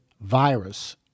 virus